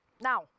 Now